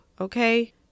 okay